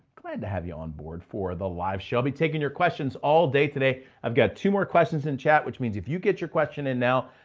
glad to have you on board for the live show. i'll be taking your questions all day today. i've got two more questions in chat, which means if you get your question in now,